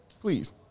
please